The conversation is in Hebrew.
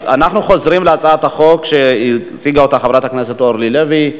אנחנו חוזרים להצעת החוק שהציגה חברת הכנסת אורלי לוי,